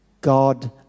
God